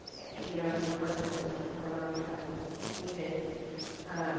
and you know, it's unfortunate. mr. thornock hasn't made it